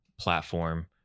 platform